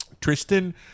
Tristan